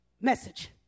message